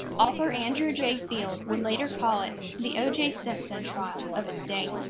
author andrew j. field would later call it the o j. simpson trial of its day.